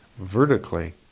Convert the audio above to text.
vertically